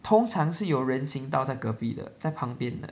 通常是有人行道在隔壁的在旁边的